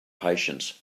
patience